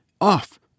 Off